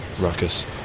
Ruckus